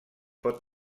pot